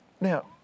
now